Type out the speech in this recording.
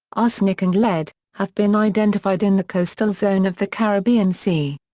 arsenic and lead, have been identified in the coastal zone of the caribbean sea.